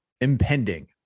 impending